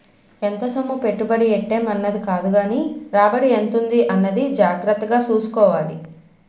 ఎంత సొమ్ము పెట్టుబడి ఎట్టేం అన్నది కాదుగానీ రాబడి ఎంతుంది అన్నది జాగ్రత్తగా సూసుకోవాలి